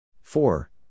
Four